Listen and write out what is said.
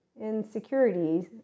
insecurities